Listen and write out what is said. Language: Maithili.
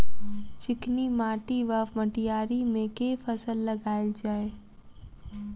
चिकनी माटि वा मटीयारी मे केँ फसल लगाएल जाए?